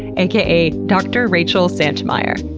aka dr. rachel santymire,